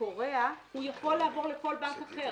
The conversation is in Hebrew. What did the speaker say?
הוא יכול לעבור לכל בנק אחר.